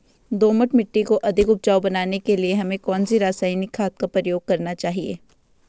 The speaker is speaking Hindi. दोमट मिट्टी को अधिक उपजाऊ बनाने के लिए हमें कौन सी रासायनिक खाद का प्रयोग करना चाहिए?